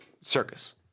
circus